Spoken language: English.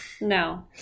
No